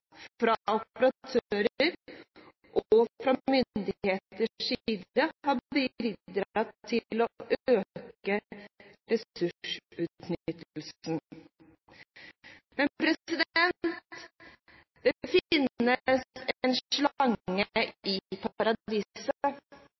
fra operatør og myndigheter har bidratt til å øke ressursutnyttelsen. Men det finnes en slange